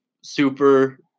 super